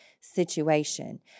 situation